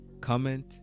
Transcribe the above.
comment